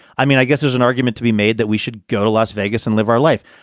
i mean, i guess there's an argument to be made that we should go to las vegas and live our life.